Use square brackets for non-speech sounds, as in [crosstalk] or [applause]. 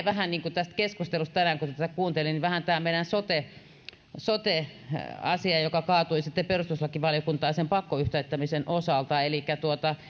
[unintelligible] vähän mieleen keskustelusta tänään kun kun tätä kuuntelin tämä meidän sote sote asia joka kaatui perustuslakivaliokuntaan sen pakkoyhtiöittämisen osalta elikkä